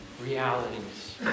realities